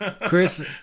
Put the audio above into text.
Chris